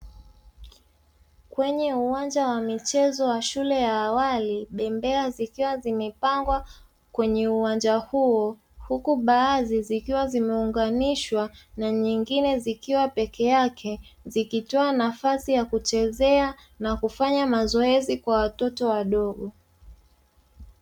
Kwenye uwanja wa michezo ya shule ya awali, bembea zikiwa zimepangwa kwenye uwanja huo. Huku baadhi zikiwa zimeunganishwa na nyingine zikiwa peke yake, zikitoa nafasi ya kuchezea na kufanya mazoezi kwa watoto wadogo.